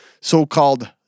so-called